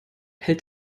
hält